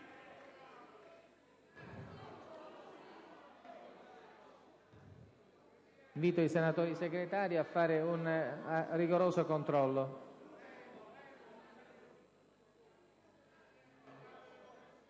Invito i senatori Segretari ad effettuare un rigoroso controllo.